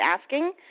asking